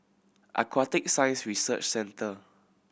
Aquatic Science Research Centre